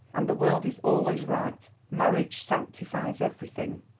and the world is always right. marriage sanctifies everything.